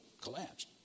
collapsed